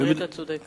לצערי אתה צודק.